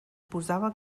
posava